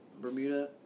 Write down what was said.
bermuda